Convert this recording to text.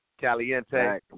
Caliente